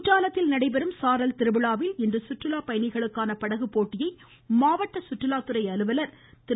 குற்றாலத்தில் நடைபெறும் சாரல் திருவிழாவில் இன்று சுற்றுலா பயணிகளுக்கான படகுப்போட்டியை மாவட்ட சுற்றுலாத்துறை அலுவல் திரு